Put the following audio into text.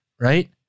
right